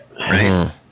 Right